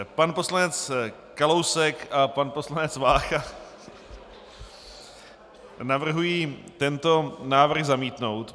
Pan poslanec Kalousek a pan poslanec Vácha navrhují tento návrh zamítnout.